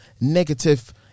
negative